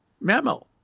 memo